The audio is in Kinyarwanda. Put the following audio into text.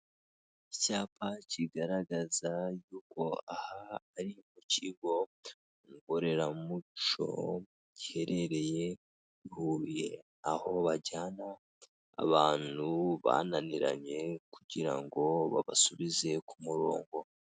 Icyapa kigaragaza yuko aha ari mu kigo ngoramuco giherereye i Huye aho bajyana abantu bananiranye kugira ngo babasubize ku murongo.